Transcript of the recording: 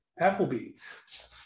Applebee's